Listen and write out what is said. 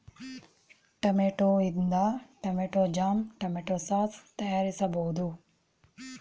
tomato ಇಂದ tomato jam, tomato sauce ತಯಾರಿಸಬೋದು